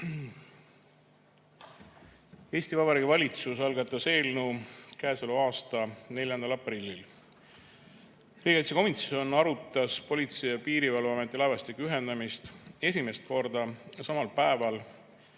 Eesti Vabariigi Valitsus algatas eelnõu käesoleva aasta 4. aprillil. Riigikaitsekomisjon arutas Politsei- ja Piirivalveameti laevastike ühendamist esimest korda samal päeval,